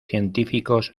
científicos